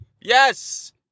yes